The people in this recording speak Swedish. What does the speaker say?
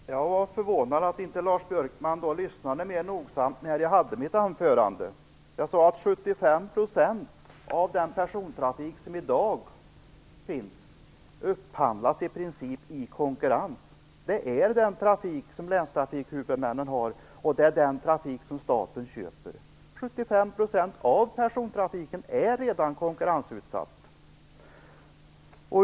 Herr talman! Jag var förvånad att Lars Björkman inte lyssnade mer nogsamt när jag höll mitt anförande. Jag sade att 75 % av den persontrafik som i dag finns i princip upphandlas i konkurrens. Det är den trafik som länstrafikhuvudmännen har och det är den trafik som staten köper. 75 % av persontrafiken är redan konkurrensutsatt.